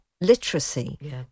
literacy